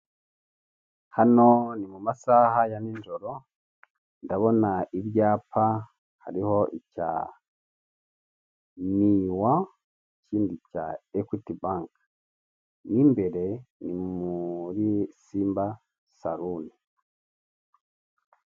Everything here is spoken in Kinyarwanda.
Hano ni mu masaha ya nijoro ndabona ibyapa hariho icya miwa, ikindi cya ekwiti banki mo imbere ni muri simba saroni.